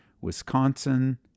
Wisconsin